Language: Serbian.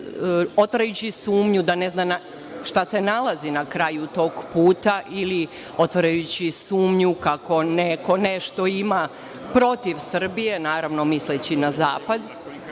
otvarajući sumnju da ne zna šta se nalazi na kraju tog puta ili otvarajući sumnju kako neko nešto ima protiv Srbije, naravno misleći na zapad?